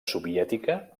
soviètica